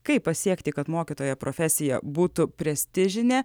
kaip pasiekti kad mokytojo profesija būtų prestižinė